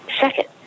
second